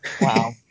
wow